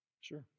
Sure